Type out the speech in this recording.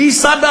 מי יישא?